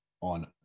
on